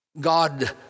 God